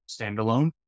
standalone